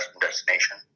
destination